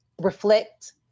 reflect